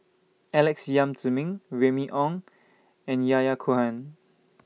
Alex Yam Ziming Remy Ong and Yahya Cohen